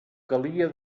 calia